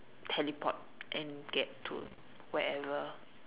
teleport and get to wherever